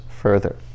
further